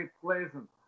pleasant